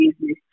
business